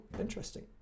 interesting